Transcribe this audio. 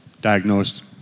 diagnosed